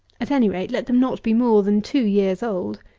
at any rate, let them not be more than two years old.